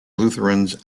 lutherans